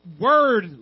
word